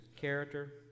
character